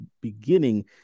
beginning